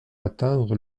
atteindre